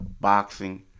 boxing